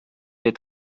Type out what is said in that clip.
wir